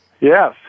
Yes